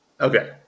Okay